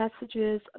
messages